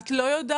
את לא יודעת?